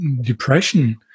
depression